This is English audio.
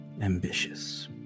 ambitious